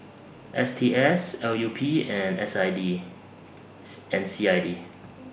S T S L U P and S I D and C I D